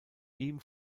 ihm